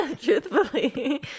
truthfully